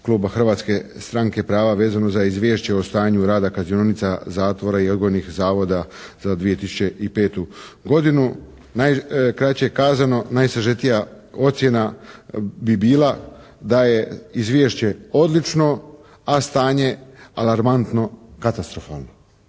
kluba Hrvatske stranke prava vezano za izvješće o stanju rada kaznionica, zatvora i odgojnih zavoda za 2005. godinu. Najkraće kazano, najsažetija ocjena bi bila da je izvješće odlično, a stanje alarmantno, katastrofalno